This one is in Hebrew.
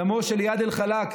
דמו של איאד אלחלאק,